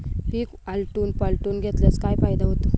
पीक आलटून पालटून घेतल्यास काय फायदा होतो?